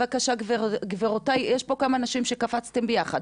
בבקשה, גברותיי, יש פה כמה נשים וקפצתן ביחד.